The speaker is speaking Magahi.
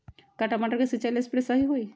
का टमाटर के सिचाई ला सप्रे सही होई?